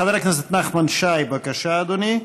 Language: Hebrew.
חבר הכנסת נחמן שי, בבקשה, אדוני,